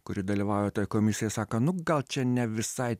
kuri dalyvauja toj komisijoj sako nu gal čia ne visai